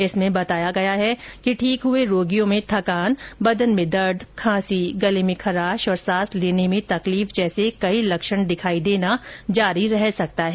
इसमें बताया गया है कि ठीक हए रोगियों में थकान बदन में दर्द खांसी गले में खराश सांस लेने में तकलीफ जैसे कई लक्षण दिखाई देना जारी रह सकता है